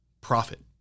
profit